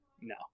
No